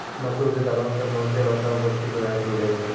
मसूर के दालो से बहुते मात्रा मे पौष्टिक पदार्थ मिलै छै